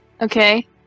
Okay